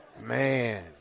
Man